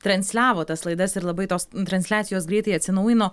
transliavo tas laidas ir labai tos transliacijos greitai atsinaujino